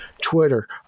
Twitter